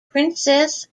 princess